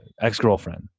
ex-girlfriend